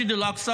(אומר בערבית:).